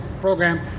program